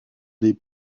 des